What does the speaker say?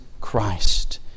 Christ